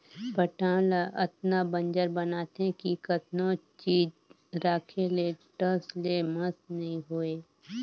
पटांव ल अतना बंजर बनाथे कि कतनो चीज राखे ले टस ले मस नइ होवय